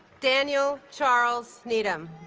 daniel charles needham